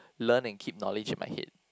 learn and keep knowledge in my head